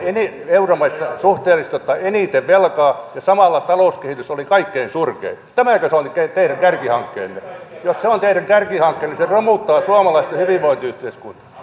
euromaista suhteellisesti ottaen eniten velkaa ja samalla talouskehitys oli kaikkein surkein tämäkö se oli teidän kärkihankkeenne jos se on teidän kärkihankkeenne niin se romuttaa suomalaista hyvinvointiyhteiskuntaa